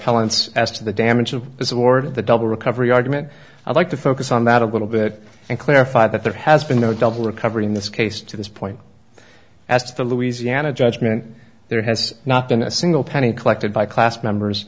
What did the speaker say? talents as to the damage of this lord of the double recovery argument i'd like to focus on that a little bit and clarify that there has been no double recovery in this case to this point as to the louisiana judgment there has not been a single penny collected by class members